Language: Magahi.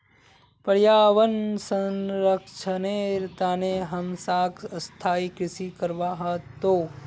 पर्यावन संरक्षनेर तने हमसाक स्थायी कृषि करवा ह तोक